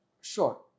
sure